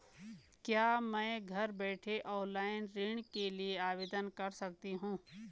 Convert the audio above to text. क्या मैं घर बैठे ऑनलाइन ऋण के लिए आवेदन कर सकती हूँ?